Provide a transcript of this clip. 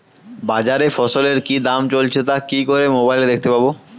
বাজারে ফসলের কি দাম চলছে তা কি করে মোবাইলে দেখতে পাবো?